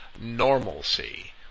normalcy